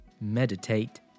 meditate